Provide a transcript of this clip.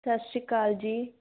ਸਤਿ ਸ਼੍ਰੀ ਅਕਾਲ ਜੀ